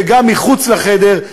וגם מחוץ לחדר,